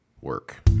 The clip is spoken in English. work